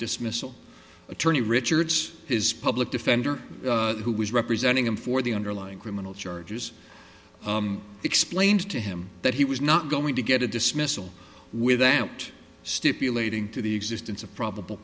dismissal attorney richards his public defender who was representing him for the underlying criminal charges explained to him that he was not going to get a dismissal without stipulating to the existence of probable